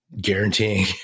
guaranteeing